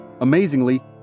Amazingly